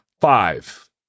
five